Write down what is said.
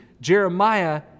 Jeremiah